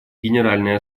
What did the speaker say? генеральной